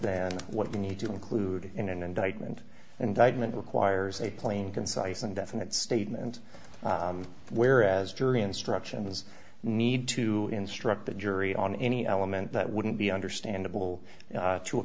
than what we need to include in an indictment and i'd meant requires a plain concise and definite statement whereas jury instructions need to instruct the jury on any element that wouldn't be understandable to a